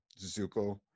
Zuko